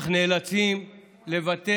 אך נאלצים לוותר